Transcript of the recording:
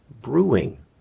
brewing